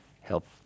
help